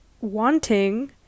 wanting